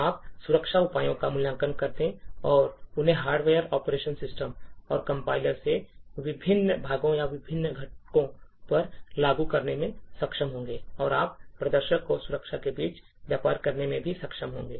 आप सुरक्षा उपायों का मूल्यांकन करने और उन्हें हार्डवेयर ऑपरेटिंग सिस्टम और कंपाइलर से विभिन्न भागों या विभिन्न घटकों पर लागू करने में सक्षम होंगे और आप प्रदर्शन और सुरक्षा के बीच व्यापार करने में भी सक्षम होंगे